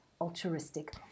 altruistic